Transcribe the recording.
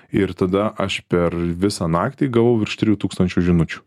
ir tada aš per visą naktį gavau virš trijų tūkstančių žinučių